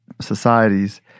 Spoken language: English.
societies